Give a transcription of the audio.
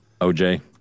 OJ